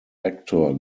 actor